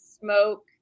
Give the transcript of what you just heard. smoke